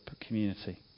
community